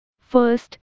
First